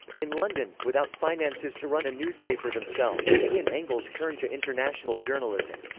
in london, without finances to run a newspaper themselves, he and engels turned to international journalism.